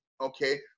okay